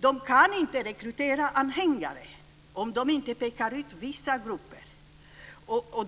De kan inte rekrytera anhängare om de inte pekar ut vissa grupper.